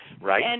Right